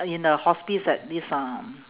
in a hospice at this uh